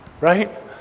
Right